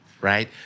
right